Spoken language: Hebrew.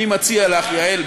אני מציע לך, יעל,